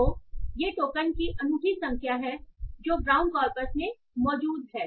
तो ये टोकन की अनूठी संख्या है जो ब्राउन कॉर्पस में मौजूद हैं